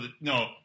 no